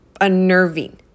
unnerving